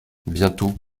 bientôt